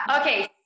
Okay